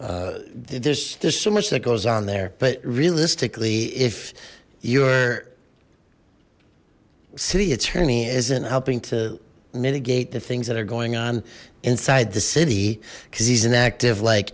there's there's so much that goes on there but realistically if you're city attorney isn't helping to mitigate the things that are going on inside the city because he's an active like